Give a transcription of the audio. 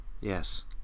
yes